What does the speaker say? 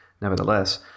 nevertheless